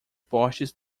postes